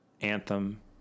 anthem